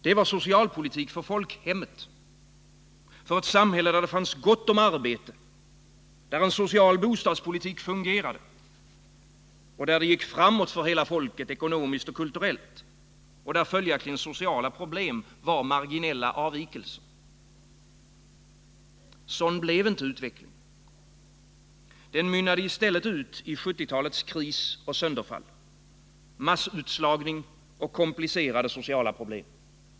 Det var socialpolitik för folkhemmet, för ett samhälle där det fanns gott om arbete, där en social bostadspolitik Tisdagen den :: fungerade, där det gick framåt för hela folket ekonomiskt och kulturellt och där följaktligen sociala problem var marginella avvikelser. Socialtjänsten Sådan blev inte utvecklingen. Den mynnade i stället ut i 1970-talets kris m.m. ; och sönderfall, massutslagning och komplicerade sociala problem.